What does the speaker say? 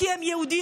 כי הן יהודיות.